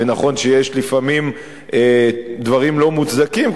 ונכון שיש לפעמים גם דברים לא מוצדקים,